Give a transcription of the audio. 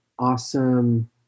awesome